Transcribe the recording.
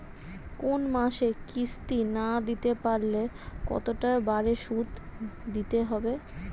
কোন মাসে কিস্তি না দিতে পারলে কতটা বাড়ে সুদ দিতে হবে?